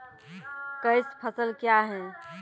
Cash फसल क्या हैं?